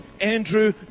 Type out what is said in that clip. Andrew